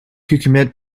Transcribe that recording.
hükümet